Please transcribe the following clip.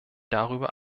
darüber